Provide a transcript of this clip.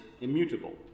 immutable